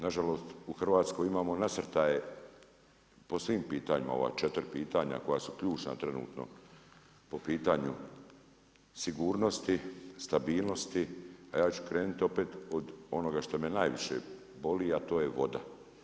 Na žalost u Hrvatskoj imamo nasrtaje po svim pitanjima, ova četiri pitanja koja su ključna trenutno po pitanju sigurnosti, stabilnosti, a ja ću krenuti opet od onoga što me najviše boli, a to je voda.